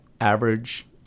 average